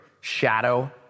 shadow